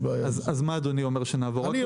אז מה אדוני אומר, שנעבור רק למחיר?